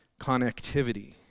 connectivity